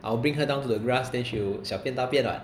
I will bring her down to the grass then she'll 小便大便 what